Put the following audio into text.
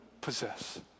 possess